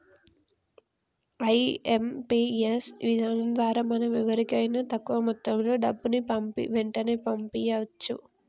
IMPS విధానం ద్వారా మనం వేరెవరికైనా తక్కువ మొత్తంలో డబ్బుని వెంటనే పంపించవచ్చు